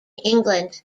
england